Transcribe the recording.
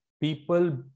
people